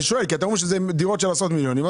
אתם אומרים שאלה דירות של עשרות מיליונים.